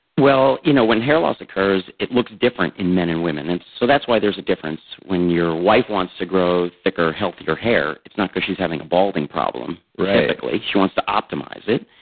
well, you know when hair loss occurs it looks different in men and women. that's so that's why there's a difference. when your wife wants to grow thicker, healthier hair it's not because she's having a balding problem. right. typically. she wants to optimize it.